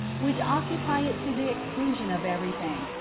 which occupy it to the exclusion of every thing,